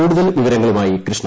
കൂടുതൽ വിവരങ്ങളുമായി കൃഷ്ണ